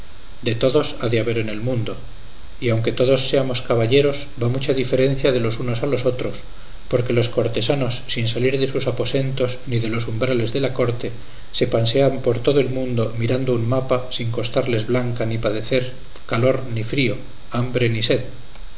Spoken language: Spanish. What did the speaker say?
de todos ha de haber en el mundo y aunque todos seamos caballeros va mucha diferencia de los unos a los otros porque los cortesanos sin salir de sus aposentos ni de los umbrales de la corte se pasean por todo el mundo mirando un mapa sin costarles blanca ni padecer calor ni frío hambre ni sed